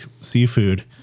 seafood